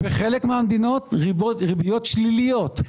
בחלק מהמדינות ריביות שליליות.